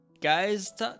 Guys